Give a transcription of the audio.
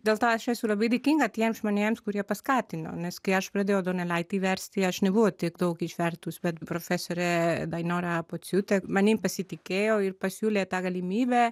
dėl to aš esu labai dėkinga tiems žmonėms kurie paskatino nes kai aš pradėjau donelaitį versti aš nebuvau tiek daug išvertus bet profesorė dainora pociūtė manim pasitikėjo ir pasiūlė tą galimybę